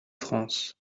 france